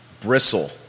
Bristle